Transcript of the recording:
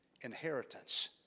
inheritance